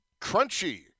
Crunchy